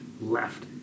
left